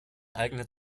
eignet